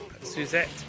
suzette